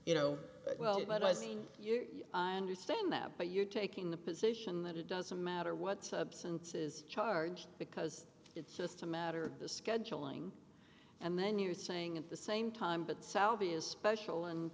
you know well you understand that but you're taking the position that it doesn't matter what substances charge because it's just a matter of the scheduling and then you're saying at the same time but selby is special and